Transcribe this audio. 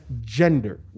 gender